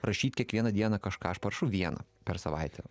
rašyt kiekvieną dieną kažką aš parašau vieną per savaitę